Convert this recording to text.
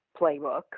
playbook